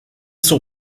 son